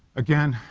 again,